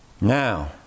Now